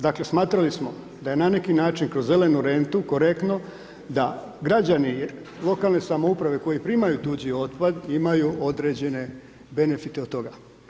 Dakle, smatrali smo da je na neki način kroz zelenu rentu korektno da građani lokalne samouprave koji primaju tuđi otpad imaju određene benefite od toga.